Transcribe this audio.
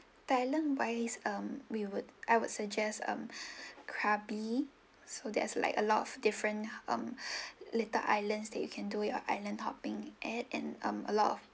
thailand wise um we would I would suggest um krabi so there's like a lot of different um little islands that you can do your island hopping at and um a lot of